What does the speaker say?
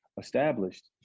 established